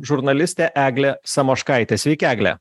žurnalistė eglė samoškaitė sveiki egle